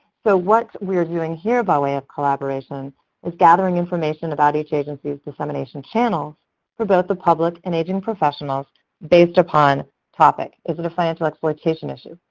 so what we are doing here by way of collaboration is gathering information about each agency's dissemination channels for both the public and aging professionals based upon topic. is it a financial exploitation issue?